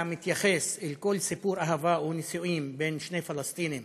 המתייחס אל כל סיפור אהבה או נישואים בין שני פלסטינים